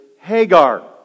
Hagar